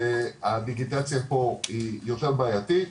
ושהדיגיטציה פה היא יותר בעייתית,